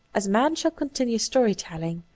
as man shall continue story-telling,